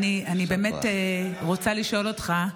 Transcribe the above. אני רוצה לשאול אותך.